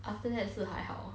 after that 是还好